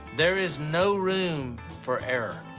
there is no room for error.